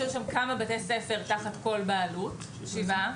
יש שם כמה בתי ספר תחת אותה בעלות שבעה.